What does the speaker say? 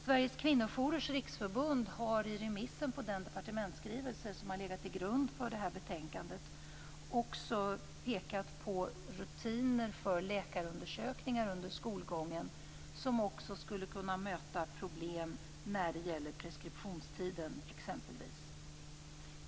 Sveriges kvinnojourers riksförbund har i remissen på den departementsskrivelse som har legat till grund för detta betänkande också pekat på rutiner för läkarundersökningar under skolgången som också skulle kunna möta problem när det gäller t.ex. preskriptionstiden. Fru talman!